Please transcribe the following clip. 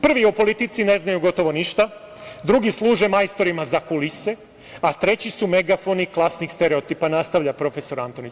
Prvi o politici ne znaju gotovo ništa, drugi služe majstorima za kulise, a treći su megafoni klasnih stereotipa, nastavlja profesor Antonić.